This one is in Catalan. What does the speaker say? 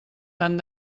tant